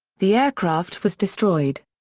the aircraft was destroyed.